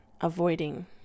avoiding